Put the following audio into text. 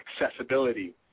accessibility